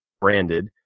branded